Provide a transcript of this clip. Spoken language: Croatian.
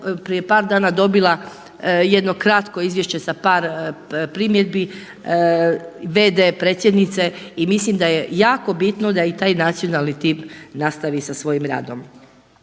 prije par dana dobila jedno kratko izvješće sa par primjedbi v.d. predsjednice i mislim da je jako bitno da i taj nacionalni tim nastavi sa svojim radom.